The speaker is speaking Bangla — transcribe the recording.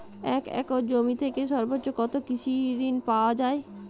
এক একর জমি থেকে সর্বোচ্চ কত কৃষিঋণ পাওয়া য়ায়?